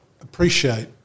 appreciate